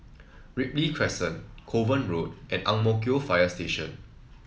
Ripley Crescent Kovan Road and Ang Mo Kio Fire Station